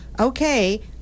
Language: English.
okay